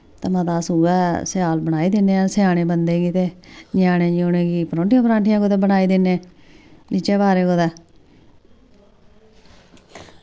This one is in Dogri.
ते मता अस उऐ स्याल बनाई दिन्ने आं सयाने बंदें गी ते न्याने न्यूने गी प्रोंठियां प्रांठियां कुतै बनाई दिन्ने बिच्चें पारे कुतै